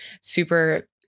super